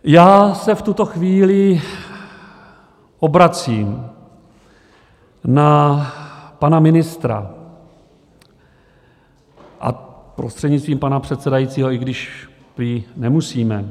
Já se v tuto chvíli obracím na pana ministra prostřednictvím pana předsedajícího, i když prý nemusíme.